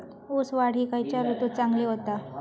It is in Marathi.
ऊस वाढ ही खयच्या ऋतूत चांगली होता?